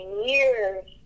years